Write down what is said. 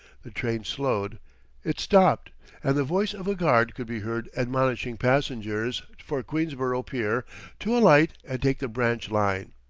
the train slowed it stopped and the voice of a guard could be heard admonishing passengers for queensborough pier to alight and take the branch line.